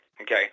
okay